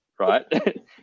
Right